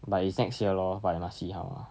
but its next year lor but must see how ah